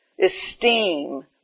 esteem